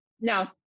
No